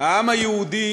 העם היהודי